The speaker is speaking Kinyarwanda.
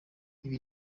ibi